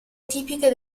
tipiche